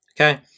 okay